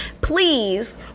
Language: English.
please